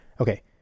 Okay